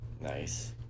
Nice